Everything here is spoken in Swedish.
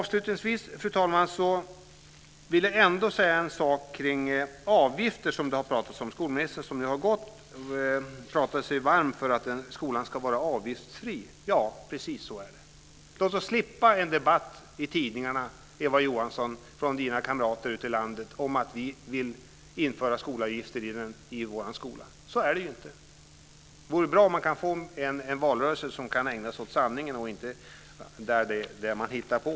Avslutningsvis vill jag säga något om avgifter. Det har ju talats om avgifter. Skolministern, som nu har gått, pratade sig varm för att skolan ska vara avgiftsfri. Precis så är det! Låt oss slippa en debatt i tidningarna från Eva Johanssons kamrater ute i landet om att vi vill införa skolavgifter i vår skola. Så är det inte. Det vore bra om vi i valrörelsen kunde ägna oss åt sanningen och inte något som man hittar på.